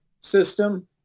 system